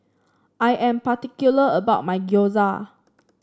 I am particular about my Gyoza